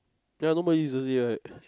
ya nobody uses it right